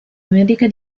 medica